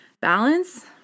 balance